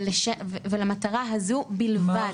ולמטרה הזו בלבד.